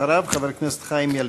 אחריו, חבר הכנסת חיים ילין.